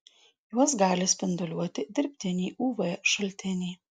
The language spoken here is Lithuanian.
juos gali spinduliuoti dirbtiniai uv šaltiniai